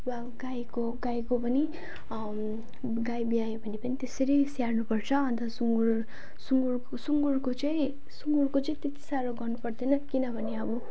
वा गाईको गाईको पनि गाई ब्यायो भने पनि त्यसरी नै स्याहार्नुपर्छ अन्त सुँगुर सुँगुर सुँगुरको चाहिँ सुँगुरको चाहिँ त्यति साह्रो चाहिँ गर्नुपर्दैन किनभने अब